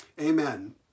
Amen